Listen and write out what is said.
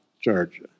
Georgia